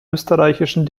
österreichischen